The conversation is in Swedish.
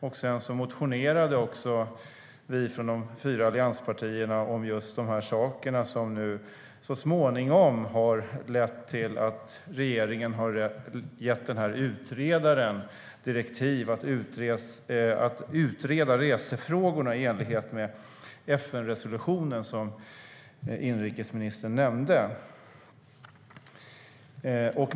Vi från de fyra allianspartierna motionerade också om just de saker som nu har lett till att regeringen har gett utredaren direktiv att utreda resefrågorna i enlighet med FN-resolutionen som inrikesministern nämnde.